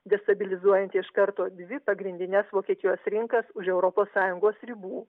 destabilizuojanti iš karto dvi pagrindines vokietijos rinkas už europos sąjungos ribų